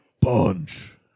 punch